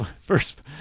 first